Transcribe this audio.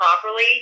properly